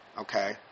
okay